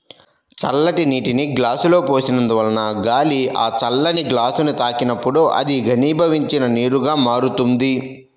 చల్లటి నీటిని గ్లాసులో పోసినందువలన గాలి ఆ చల్లని గ్లాసుని తాకినప్పుడు అది ఘనీభవించిన నీరుగా మారుతుంది